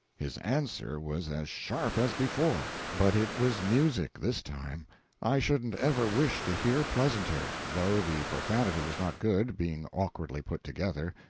his answer was as sharp as before, but it was music this time i shouldn't ever wish to hear pleasanter, though the profanity was not good, being awkwardly put together,